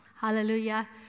Hallelujah